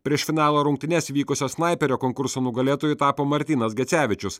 prieš finalo rungtynes vykusio snaiperio konkurso nugalėtoju tapo martynas gecevičius